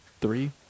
three